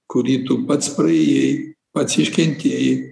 kurį tu pats praėjai pats iškentėjai